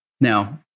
Now